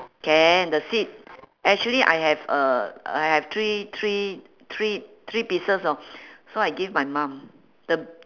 can the seed actually I have uh I have three three three three pieces know so I give my mum the